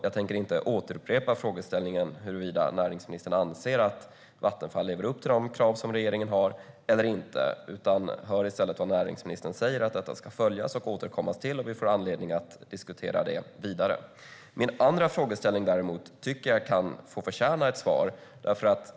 Jag tänker därför inte återupprepa frågeställningen huruvida näringsministern anser att Vattenfall lever upp till de krav som regeringen ställer eller inte, utan jag hör att näringsministern säger att han ska följa och återkomma till detta och att vi får anledning att diskutera det vidare. Min andra frågeställning däremot tycker jag förtjänar ett svar.